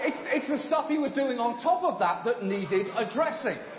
it's the it's the stuff he was doing on top of that that needed addressing.